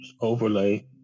overlay